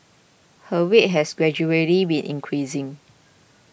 her weight has gradually been increasing